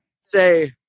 say